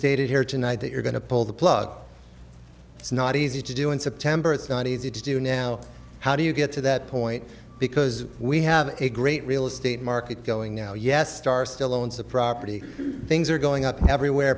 stated here tonight that you're going to pull the plug it's not easy to do in september it's not easy to do now how do you get to that point because we have a great real estate market going now yes star still owns a property things are going up everywhere